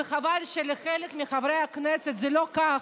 וחבל שאצל חלק מחברי הכנסת זה לא כך,